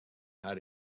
how